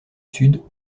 sud